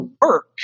work